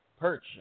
Perch